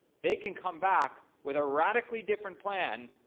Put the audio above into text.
they can come back with a radically different plan